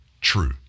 true